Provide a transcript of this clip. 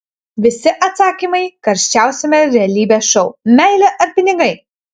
visi atsakymai karščiausiame realybės šou meilė ar pinigai